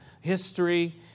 history